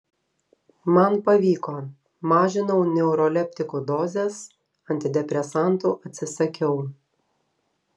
man pavyko mažinau neuroleptikų dozes antidepresantų atsisakiau